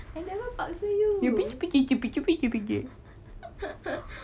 I never paksa you